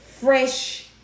fresh